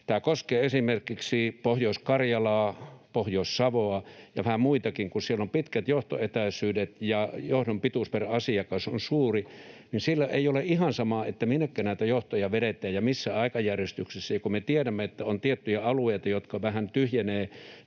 Tämä koskee esimerkiksi Pohjois-Karjalaa, Pohjois-Savoa ja vähän muitakin. Kun siellä on pitkät johtoetäisyydet ja johdon pituus per asiakas on suuri, niin siellä ei ole ihan sama, minnekä näitä johtoja vedetään ja missä aikajärjestyksessä. Ja kun me tiedämme, että on tiettyjä alueita, jotka vähän tyhjenevät,